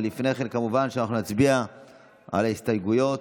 אבל לפני כן, כמובן, אנחנו נצביע על ההסתייגויות.